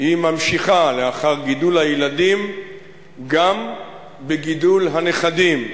היא ממשיכה לאחר גידול הילדים גם בגידול הנכדים.